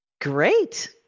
Great